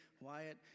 Wyatt